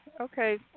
Okay